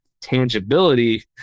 tangibility